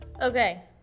Okay